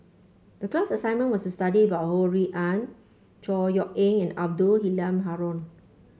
the class assignment was to study about Ho Rui An Chor Yeok Eng and Abdul Halim Haron